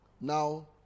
now